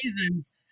reasons